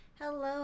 Hello